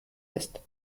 ist